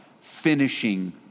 finishing